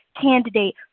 candidate